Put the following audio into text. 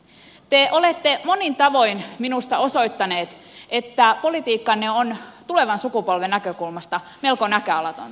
te olette monin tavoin minusta osoittaneet että politiikkanne on tulevan sukupolven näkökulmasta melko näköalatonta